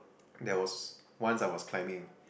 there was once I was climbing